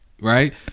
right